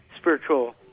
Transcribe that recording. spiritual